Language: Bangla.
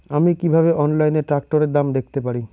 আমি কিভাবে অনলাইনে ট্রাক্টরের দাম দেখতে পারি?